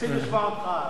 רוצים לשמוע אותך.